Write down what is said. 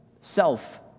self